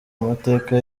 amateka